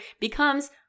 becomes